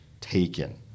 taken